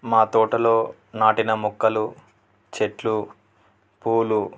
మా తోటలో నాటిన మొక్కలు చెట్లు పూలు